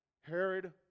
Herod